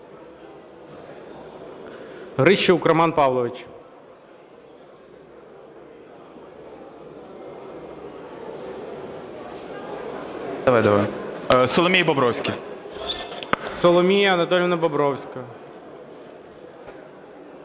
Соломія Анатоліївна Бобровська.